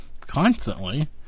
constantly